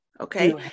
okay